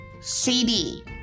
CD